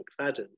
McFadden